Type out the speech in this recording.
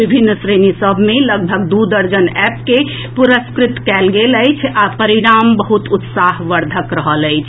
विभिन्न श्रेणी सभ मे लगभग दू दर्जन एप के पुरस्कृत कएल गेल अछि आ परिणाम बहुत उत्साहवर्धक रहल अछि